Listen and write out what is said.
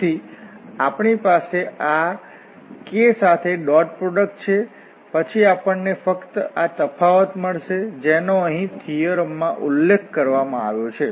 તેથી આપણી પાસે આ k સાથે ડોટ પ્રોડક્ટ છે પછી આપણને ફક્ત આ તફાવત મળશે જેનો અહીં થીઓરમ માં ઉલ્લેખ કરવામાં આવ્યો છે